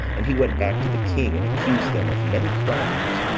and he went back to the king, and accused them of many crimes.